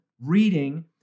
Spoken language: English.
reading